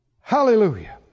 Hallelujah